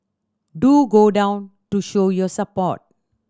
do go down to show your support